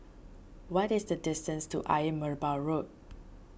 what is the distance to Ayer Merbau Road